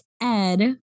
ed